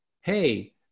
hey